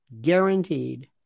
Guaranteed